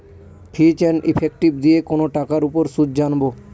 ফিচ and effective দিয়ে কোনো টাকার উপর সুদ জানবো